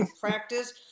practice